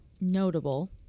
Notable